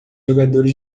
jogadores